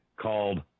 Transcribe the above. called